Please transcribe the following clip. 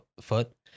foot